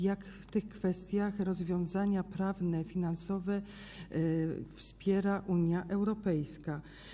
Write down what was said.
Jak w tych kwestiach rozwiązania prawne, finansowe wspiera Unia Europejska?